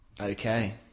okay